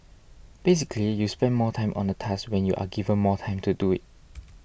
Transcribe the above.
basically you spend more time on a task when you are given more time to do it